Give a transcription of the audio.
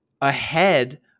ahead